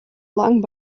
lang